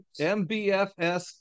MBFS